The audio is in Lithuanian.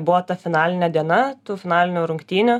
buvo ta finalinė diena tų finalinių rungtynių